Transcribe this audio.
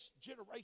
generation